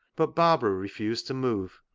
but barbara refused to move,